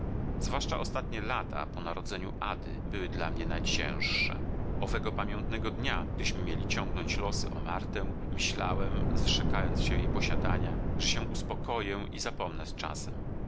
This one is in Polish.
zwłaszcza ostatnie lata po narodzeniu ady były dla mnie najcięższe owego pamiętnego dnia gdyśmy mieli ciągnąć losy o martę myślałem zrzekając się jej posiadania że się uspokoję i zapomnę z czasem